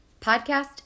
podcast